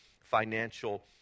financial